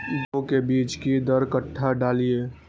गेंहू के बीज कि दर कट्ठा डालिए?